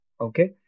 Okay